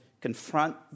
confront